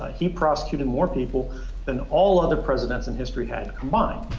ah he prosecuted more people than all other presidents in history had, combined.